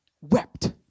wept